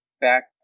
back